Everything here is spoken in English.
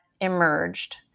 emerged